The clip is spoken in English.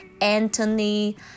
anthony